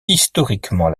historiquement